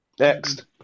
Next